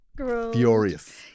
Furious